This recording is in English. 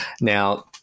Now